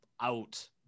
out